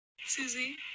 Susie